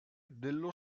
dello